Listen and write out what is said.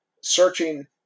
searching